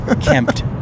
Kempt